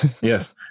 Yes